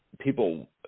People